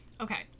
okay